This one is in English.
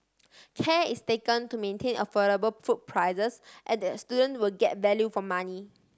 care is taken to maintain affordable food prices and that student will get value for money